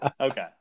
okay